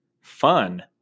fun